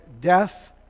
death